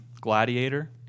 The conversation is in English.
Gladiator